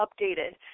updated